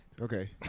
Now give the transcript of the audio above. okay